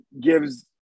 gives